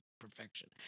perfection